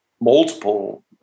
multiple